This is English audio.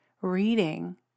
reading